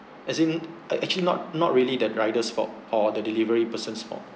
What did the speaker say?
as in ac~ actually not not really that rider's fault or the delivery person's fault